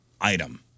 item